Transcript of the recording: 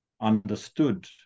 understood